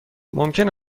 ممکن